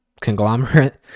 conglomerate